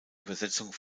übersetzung